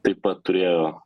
taip pat turėjo